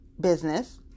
business